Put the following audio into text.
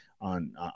on